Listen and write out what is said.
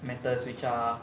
matters which are